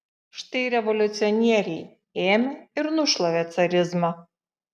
štai revoliucionieriai ėmė ir nušlavė carizmą